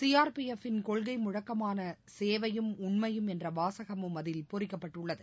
CRPF ன் கொள்கை முழக்கமான சேவையும் உண்மையும் என்ற வாசகமும் அதில் பொறிக்கப்பட்டுள்ளது